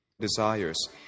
...desires